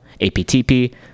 APTP